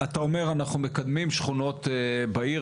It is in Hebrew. אתה אומר שאתם מקדמים שכונות בעיר,